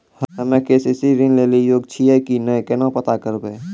हम्मे के.सी.सी ऋण लेली योग्य छियै की नैय केना पता करबै?